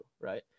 Right